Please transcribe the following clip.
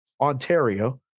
Ontario